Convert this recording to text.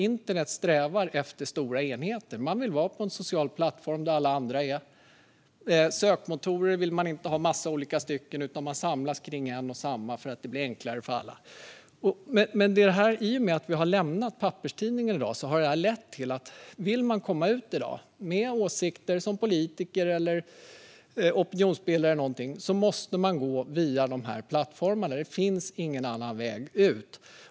Internet strävar efter stora enheter. Man vill vara på en social plattform där alla andra är. Man vill inte ha en massa olika sökmotorer, utan man samlas kring en och samma för att det blir enklare för alla så. I och med att vi i dag har lämnat papperstidningarna har detta lett till att den som vill komma ut med åsikter som politiker eller opinionsbildare måste gå via dessa plattformar. Det finns ingen annan väg ut.